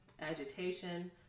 agitation